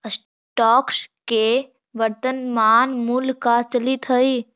stocks के वर्तनमान मूल्य का चलित हइ